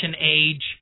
Age